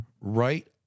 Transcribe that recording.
right